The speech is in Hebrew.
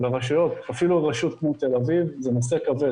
לרשויות, אפילו רשות כמו תל אביב, זה נושא כבד.